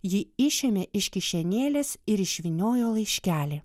ji išėmė iš kišenėlės ir išvyniojo laiškelį